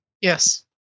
Yes